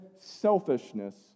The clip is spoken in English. selfishness